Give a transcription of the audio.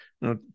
Now